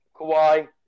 Kawhi